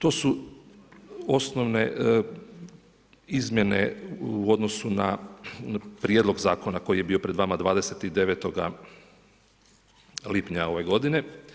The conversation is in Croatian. To su osnovne izmjene u odnosu na Prijedlog zakona koji je bio pred vama 29. lipnja ove godine.